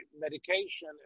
medication